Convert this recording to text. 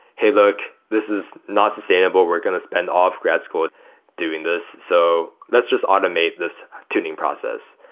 hey, look. this is not sustainable. we're going to spend all of grad school doing this. so let's just automate this tuning process.